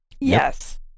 Yes